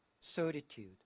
certitude